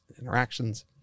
interactions